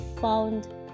found